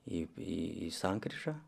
į į sankryžą